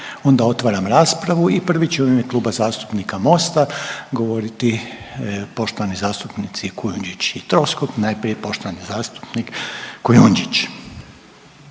Onda otvaram raspravu i prvi će u ime Kluba zastupnika Mosta govoriti poštovani zastupnici Kujundžić i Troskot, najprije poštovani zastupnik Kujundžić.